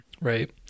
right